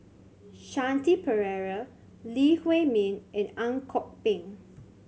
Shanti Pereira Lee Huei Min and Ang Kok Peng